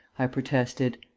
i protested.